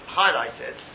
highlighted